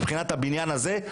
מבחינת הבניין הזה,